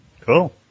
Cool